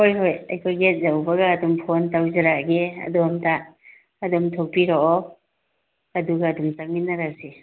ꯍꯣꯏ ꯍꯣꯏ ꯑꯩꯈꯣꯏ ꯒꯦꯠ ꯌꯧꯕꯒ ꯑꯗꯨꯝ ꯐꯣꯟ ꯇꯧꯖꯔꯛꯑꯒꯦ ꯑꯗꯣꯝꯗ ꯑꯗꯨꯝ ꯊꯣꯛꯄꯤꯔꯛꯑꯣ ꯑꯗꯨꯒ ꯑꯗꯨꯝ ꯆꯠꯃꯤꯟꯅꯔꯁꯤ